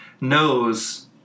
knows